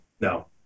No